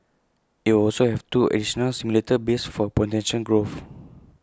IT will also have two additional simulator bays for potential growth